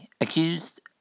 accused